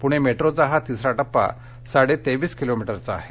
पुणे मेट्रोचा हा तिसरा टप्पा साडेतेवीस किलोमीटरचा आहे